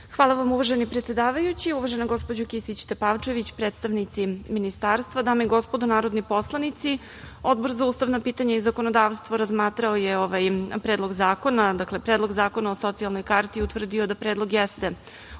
Hvala vam, uvaženi predsedavajući. Uvažena gospođo Kisić Tepavčević, predstavnici ministarstva, dame i gospodo narodni poslanici, Odbor za ustavna pitanja i zakonodavstvo razmatrao je ovaj predlog zakona, dakle Predlog zakona o socijalnoj karti i utvrdio da predlog jeste